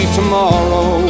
tomorrow